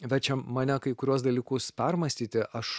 verčia mane kai kuriuos dalykus permąstyti aš